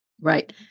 Right